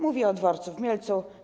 Mówię o dworcu w Mielcu.